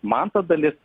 man ta dalis